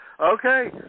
Okay